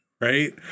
Right